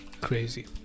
crazy